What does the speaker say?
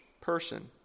person